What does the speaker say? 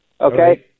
okay